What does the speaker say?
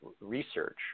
research